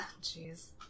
jeez